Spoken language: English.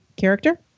character